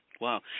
wow